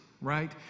right